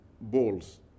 balls